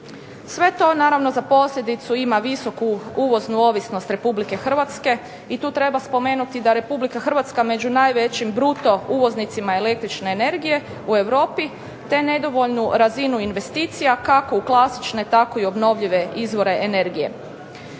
Sve to naravno za posljedicu ima visoku uvoznu ovisnost Republike Hrvatske, i tu treba spomenuti da Republika Hrvatska među najvećim bruto uvoznicima električne energije u Europi, te nedovoljnu razinu investicija, kako u klasične tako i u obnovljive izvore energije.